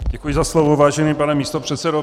Děkuji za slovo, vážený pane místopředsedo.